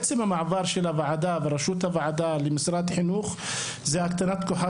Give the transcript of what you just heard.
עצם המעבר של הוועדה וראשות הוועדה למשרד החינוך זו הקטנת כוחה